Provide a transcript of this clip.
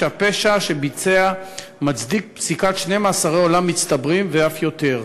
שהפשע שביצע מצדיק פסיקת שני מאסרי עולם מצטברים ואף יותר.